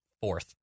fourth